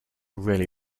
really